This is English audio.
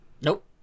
Nope